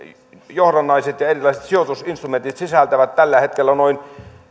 johdannaiset ja erilaiset sijoitusinstrumentit sisältävät tällä hetkellä